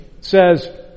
says